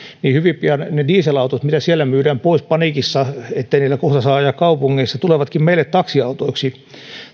niin hyvin pian ne dieselautot mitä siellä myydään pois paniikissa ettei niillä kohta saa ajaa kaupungeissa tulevatkin meille taksiautoiksi